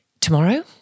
Tomorrow